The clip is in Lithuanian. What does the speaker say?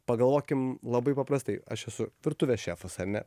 pagalvokim labai paprastai aš esu virtuvės šefas ane